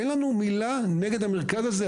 אין לנו מילה נגד המרכז הזה,